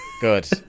Good